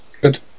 good